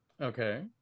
Okay